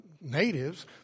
natives